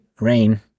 rain